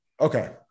Okay